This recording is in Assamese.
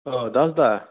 অঁ দাস দা